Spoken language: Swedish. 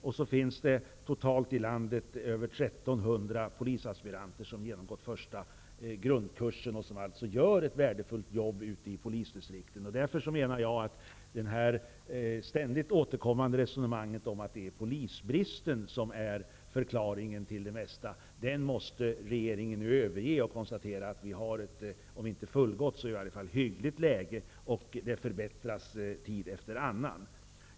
Dessutom finns det totalt i landet över 1 300 polisaspiranter som genomgått första grundkursen och som alltså gör ett värdefullt jobb ute i polisdistrikten. Därför måste, menar jag, regeringen nu överge det ständigt återkommande resonemanget om att polisbristen är förklaringen till det mesta och konstatera att vi har ett om inte fullgott så i varje fall hyggligt läge, och det förbättras tid efter annan.